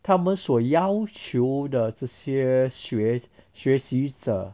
他们所要求的这些学学习者